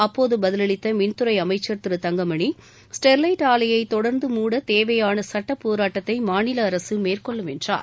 அப்போது பதிலளித்த மின்துறை அமைச்சர் திரு தங்கமணி ஸ்டெர்லைட் ஆலையை தொடர்ந்து மூட தேவையான சட்டப்போராட்டத்தை மாநில அரசு மேற்கொள்ளும் என்றார்